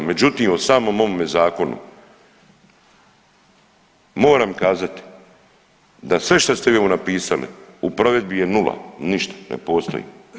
Međutim, o samom ovome zakonu moram kazati da sve što ste vi ovo napisali u provedbi je nula, ništa, ne postoji.